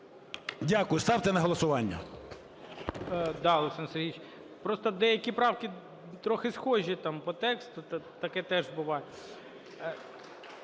Дякую. Ставте на голосування.